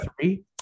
three